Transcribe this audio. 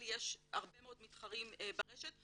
הווירטואלי הרבה מאוד מתחרים ברשת,